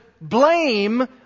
blame